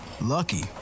lucky